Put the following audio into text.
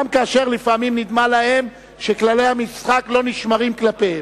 גם כאשר לפעמים נדמה להם שכללי המשחק לא נשמרים כלפיהם.